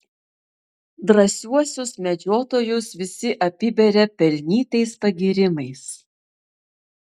drąsiuosius medžiotojus visi apiberia pelnytais pagyrimais